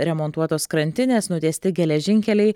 remontuotos krantinės nutiesti geležinkeliai